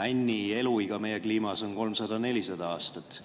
männi eluiga meie kliimas on 300–400 aastat.